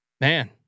man